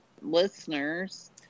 listeners